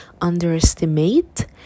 underestimate